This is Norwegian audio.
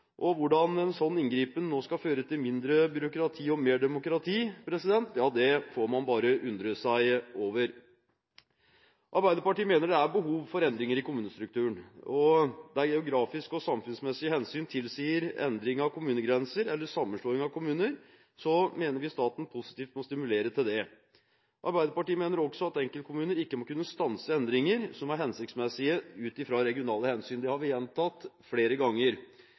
Hvordan en slik inngripen nå skal føre til mindre byråkrati og mer demokrati, kan man bare undre seg over. Arbeiderpartiet mener det er behov for endringer i kommunestrukturen, og der geografiske og samfunssmesige hensyn tilsier endring av kommunegrenser eller sammenslåing av kommuner, mener vi staten positivt må stimulere til det. Arbeiderpartiet mener også at enkeltkommuner ikke må kunne stanse endringer som er hensiktsmessige ut fra regionale hensyn – det har vi gjentatt flere ganger.